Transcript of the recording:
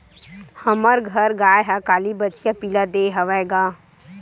हमर घर गाय ह काली बछिया पिला दे हवय गा